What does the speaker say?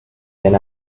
then